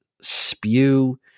spew